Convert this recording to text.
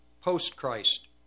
post-Christ